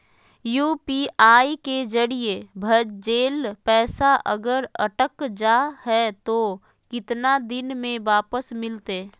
UPI के जरिए भजेल पैसा अगर अटक जा है तो कितना दिन में वापस मिलते?